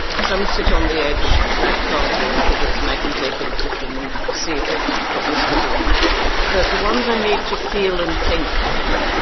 some sit on the edge like cardboard figures and i can take a look at them and see if they've got whiskers or not but the ones i need to feel and think with,